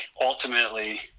ultimately